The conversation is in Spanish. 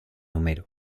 homero